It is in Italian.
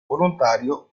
volontario